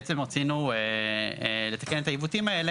רצינו לתקן את העיוותים.